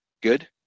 good